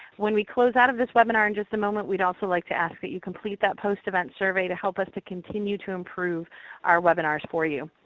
when we close out of this webinar in just a moment, we'd also like to ask that you complete that post-event survey to help us to continue to improve our webinars for you.